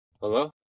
Hello